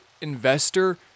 investor